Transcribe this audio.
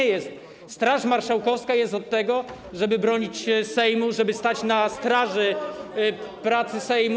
Tak nie jest, Straż Marszałkowska jest od tego, żeby bronić Sejmu, żeby stać na straży pracy Sejmu.